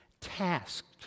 tasked